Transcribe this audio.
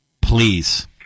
Please